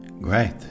Great